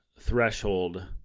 threshold